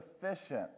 sufficient